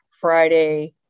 Friday